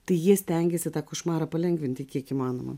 tai jie stengiasi tą košmarą palengvinti kiek įmanoma